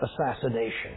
assassination